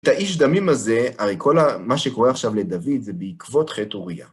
את האיש דמים הזה, הרי כל מה שקורה עכשיו לדוד, זה בעקבות חטא אוריה.